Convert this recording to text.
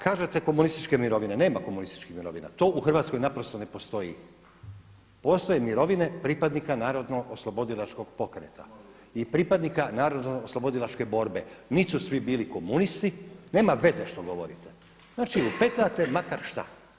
Kažete komunističke mirovine, nema komunističkih mirovina, to u Hrvatskoj naprosto ne postoji, postoje mirovine pripadnika narodno oslobodilačkog pokreta i pripadnika narodno oslobodilačke borbe, niti su svi bili komunisti, nema veze što govorite, znači lupetate makar šta.